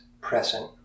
present